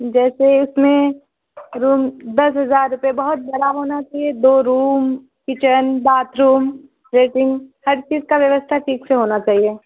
جیسے اس میں روم دس ہزار روپے بہت برا ہونا چاہیے دو روم کچن باتھ روم لیٹن ہر چیز کا ویوستھا ٹھیک سے ہونا چاہیے